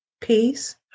Peace